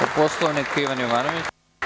Po Poslovniku Ivan Jovanović.